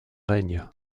règne